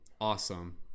Awesome